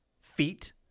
feet